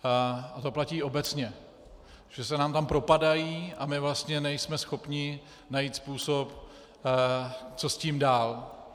A to platí obecně, že se nám tam propadají a my vlastně nejsme schopni najít způsob, co s tím dál.